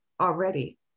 already